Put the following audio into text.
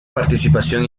participación